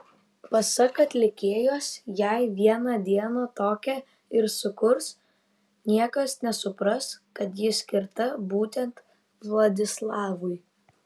pasak atlikėjos jei vieną dieną tokią ir sukurs niekas nesupras kad ji skirta būtent vladislavui